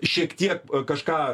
šiek tiek kažką